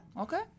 Okay